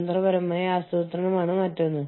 അന്തർദേശീയ സ്ഥാപനമാണ് മറ്റൊന്ന്